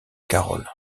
carole